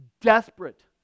desperate